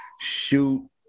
shoot